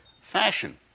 fashion